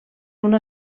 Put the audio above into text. una